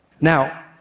Now